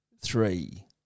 three